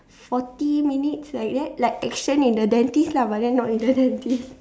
forty minutes like that like action in the dentist lah but then not in the dentist